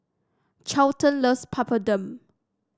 Charlton loves Papadum